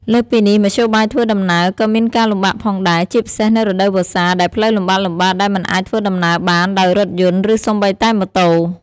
លើសពីនេះ មធ្យោបាយធ្វើដំណើរ ក៏មានការលំបាកផងដែរ ជាពិសេសនៅរដូវវស្សា ដែលផ្លូវលំបាកៗដែលមិនអាចធ្វើដំណើរបានដោយរថយន្ត ឬសូម្បីតែម៉ូតូ។